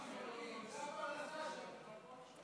זו הפרנסה שלו.